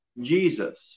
Jesus